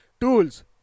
tools